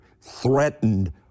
threatened